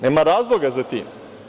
Nema razloga za tim.